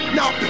Now